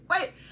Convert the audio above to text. Wait